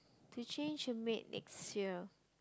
to change a maid next year